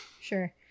Sure